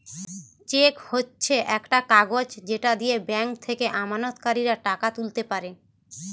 check হচ্ছে একটা কাগজ যেটা দিয়ে ব্যাংক থেকে আমানতকারীরা টাকা তুলতে পারে